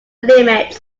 limits